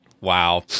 Wow